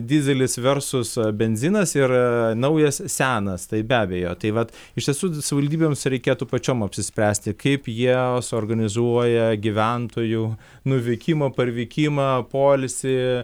dyzelis versus benzinas ir naujas senas tai be abejo tai vat iš tiesų savivaldybėms reikėtų pačiom apsispręsti kaip jie suorganizuoja gyventojų nuvykimą parvykimą poilsį